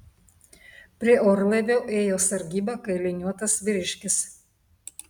prie orlaivio ėjo sargybą kailiniuotas vyriškis